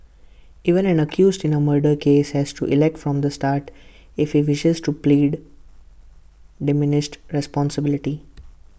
even an accused in A murder case has to elect from the start if he wishes to plead diminished responsibility